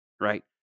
right